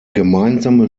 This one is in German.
gemeinsame